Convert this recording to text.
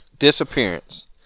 disappearance